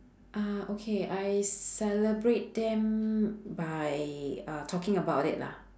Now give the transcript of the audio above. uh okay I celebrate them by uh talking about it lah